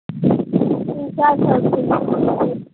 तीन चारि सओ रुपैए किलो छै